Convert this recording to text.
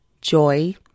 joy